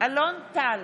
אלון טל,